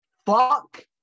Fuck